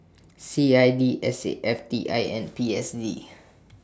C I D S A F T I and P S D